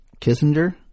Kissinger